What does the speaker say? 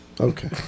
Okay